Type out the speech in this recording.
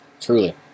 Truly